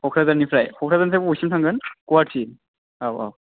क'क्राझारनिफ्राय क'क्राझारनिफ्राय बबेसिम थांगोन गुवाहाटी औ औ